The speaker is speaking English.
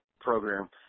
program